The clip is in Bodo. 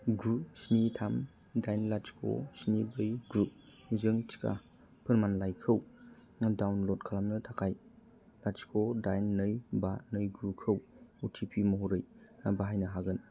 गु स्नि थाम दाइन लाथिख' स्नि ब्रै गु जों थिका फोरमानलाइखौ दाउनलद खालामनो थाखाय लाथिख' दाइन नै बा नै गु खौ अ टि फि महरै बाहायनो हागोन